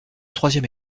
troisième